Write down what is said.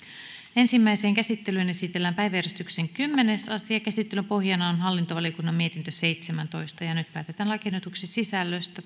ensimmäiseen käsittelyyn esitellään päiväjärjestyksen kymmenes asia käsittelyn pohjana on hallintovaliokunnan mietintö seitsemäntoista nyt päätetään lakiehdotuksen sisällöstä